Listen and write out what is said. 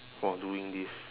for doing this